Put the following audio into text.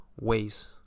ways